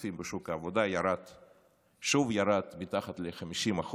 המשתתפים בשוק העבודה שוב ירד מתחת ל-50%,